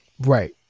right